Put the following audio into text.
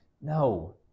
No